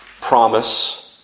promise